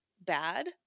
bad